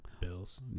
Bills